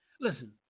Listen